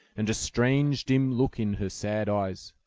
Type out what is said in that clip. and a strange dim look in her sad eyes.